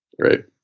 right